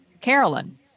Carolyn